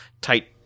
tight